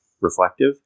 reflective